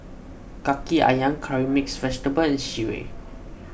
Kaki Ayam Curry Mixed Vegetable and Sireh